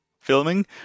filming